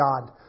God